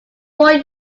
born